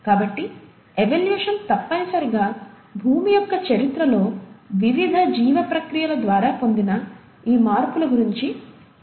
కాబట్టి ఎవల్యూషన్ తప్పనిసరిగా భూమి యొక్క చరిత్రలో వివిధ జీవ ప్రక్రియల ద్వారా పొందిన ఈ మార్పుల గురించి మాట్లాడుతుంది